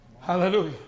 Hallelujah